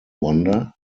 wonder